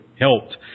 helped